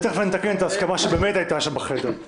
תיכף אגיד מה ההסכמה שבאמת הייתה שם בחדר.